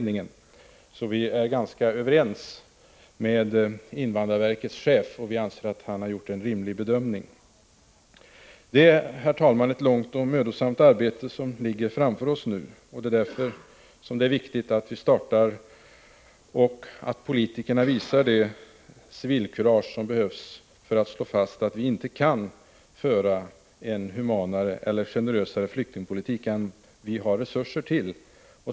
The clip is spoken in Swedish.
Vi är alltså ganska överens med invandrarverkets chef, och vi anser att han gjort en rimlig bedömning. Herr talman! Det är ett långt och mödosamt arbete som nu ligger framför oss. Därför är det viktigt att vi startar och att politikerna visar det civilkurage som behövs för att slå fast att vi inte kan föra en generösare flyktingpolitik än vi har resurser till.